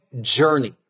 journey